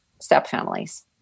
stepfamilies